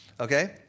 okay